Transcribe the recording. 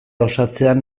osatzean